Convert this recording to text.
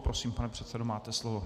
Prosím, pane předsedo, máte slovo.